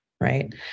Right